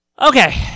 Okay